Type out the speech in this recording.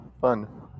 fun